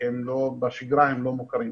אם יש מקום מיוחד לזה.